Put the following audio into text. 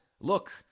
look